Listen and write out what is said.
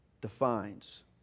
defines